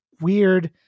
weird